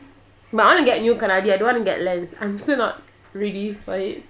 but I want to get new I don't want to get lens I'm still not ready for it